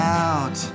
out